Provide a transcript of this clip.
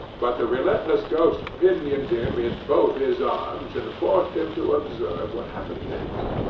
but the relentless ghost pinioned him in both his arms, and forced him to observe what happened next.